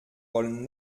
wollen